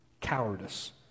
cowardice